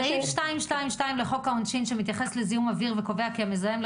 סעיף 222 לחוק העונשין שמתייחס לזיהום אוויר וקובע כי המזהם את